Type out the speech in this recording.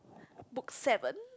book seven